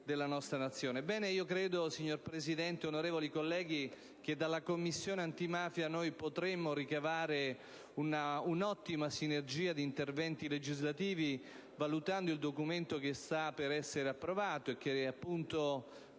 della nostra Nazione. Signor Presidente, onorevoli colleghi, dalla Commissione antimafia potremo ricavare un'ottima sinergia di interventi legislativi, valutando il documento che sta per essere approvato e che traccia